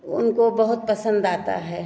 उनको बहुत पसंद आता है